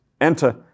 enter